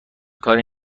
کاری